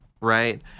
right